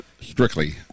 Strictly